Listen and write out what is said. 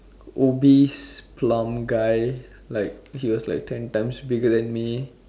obese plump guy like he was ten times bigger than me